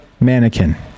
mannequin